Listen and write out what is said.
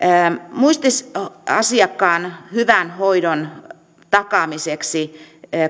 muistiasiakkaan hyvän hoidon takaamiseksi